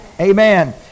Amen